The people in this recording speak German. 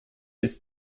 ist